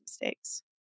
mistakes